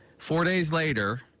four days later,